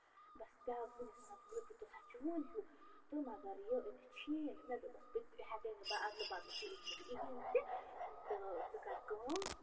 بس بیٛاکھ زٔنۍ ٲس وَنان وٲے بہٕ تُلہٕ ہا چون ہیوٗ تہٕ مگر یہِ أمِس چھی نہٕ مےٚ دوٚپمَس بہٕ تہِ ہٮ۪کَے نہٕ بہٕ ادلہٕ بدلہٕ تُلِتھ وۄنۍ کِہیٖنۍ تہِ تہٕ ژٕ کر کٲم